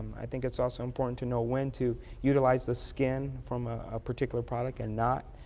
i think it is also important to know when to utilize the skin from a particular product and not.